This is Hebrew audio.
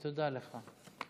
תודה לך.